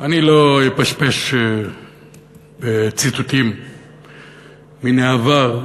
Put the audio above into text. אני לא אפשפש בציטוטים מן העבר.